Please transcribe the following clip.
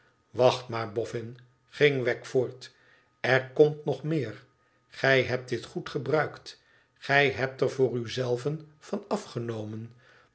wacht maar boffin ging wegg voort er komt nog meer gij hebt dit goed gebruikt gij hebt er voor u zelven van afgenomen